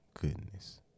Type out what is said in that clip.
Goodness